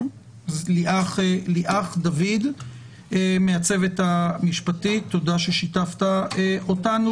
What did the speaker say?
ליאח דוד מהצוות המשפטי, תודה ששיתפת אותנו.